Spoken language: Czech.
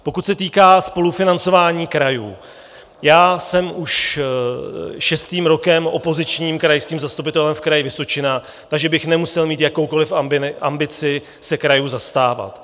Pokud se týká spolufinancování krajů, já jsem už šestým rokem opozičním krajským zastupitelem v Kraji Vysočina, takže bych nemusel mít jakoukoli ambici se krajů zastávat.